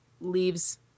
leaves